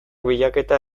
bilaketa